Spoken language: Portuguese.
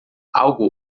algo